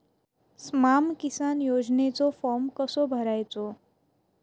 स्माम किसान योजनेचो फॉर्म कसो भरायचो?